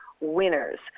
winners